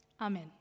Amen